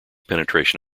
penetration